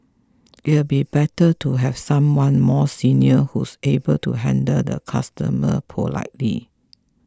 it'll be better to have someone more senior who's able to handle the customer politely